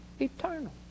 eternal